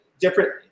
different